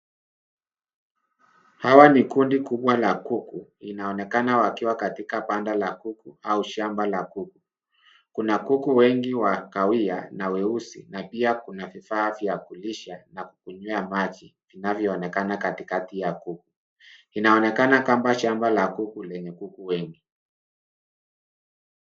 Hawa na kundi kubwa la kuku. Inaonekana wakiwa katika panda la kuku au shamba la kuku. Kuna kuku wengi wa kawia na weusi na pia kuna vifaa vya kulisha na kunywea maji vinayoonekana katikati ya kuku. Inaonekana kama shamba la kuku lenye kuku wengi.